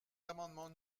l’amendement